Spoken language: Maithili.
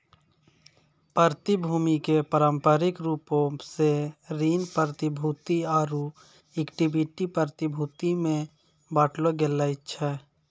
प्रतिभूति के पारंपरिक रूपो से ऋण प्रतिभूति आरु इक्विटी प्रतिभूति मे बांटलो गेलो छै